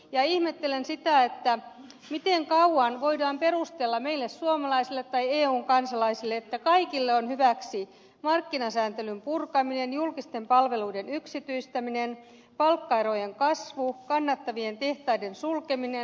ja ihmettelen sitä miten kauan voidaan perustella meille suomalaisille tai eun kansalaisille sitä että kaikille on hyväksi markkinasääntelyn purkaminen julkisten palveluiden yksityistäminen palkkaerojen kasvu ja kannattavien tehtaiden sulkeminen